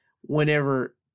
whenever